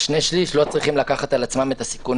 שני-השליש לא צריכים לקחת על עצמם את הסיכון